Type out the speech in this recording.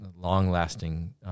long-lasting